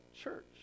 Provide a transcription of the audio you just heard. church